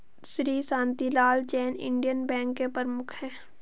Shri Shantilal Jain Indian bank के प्रमुख है